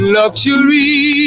luxury